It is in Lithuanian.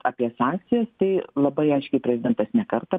apie sankcijas tai labai aiškiai prezidentas ne kartą